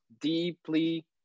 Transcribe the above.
deeply